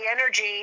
energy